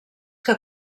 que